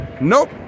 Nope